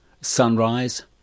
Sunrise